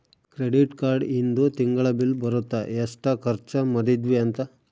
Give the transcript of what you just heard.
credit card ಇಂದು ತಿಂಗಳ bill ಬರುತ್ತ ಎಸ್ಟ ಖರ್ಚ ಮದಿದ್ವಿ ಅಂತ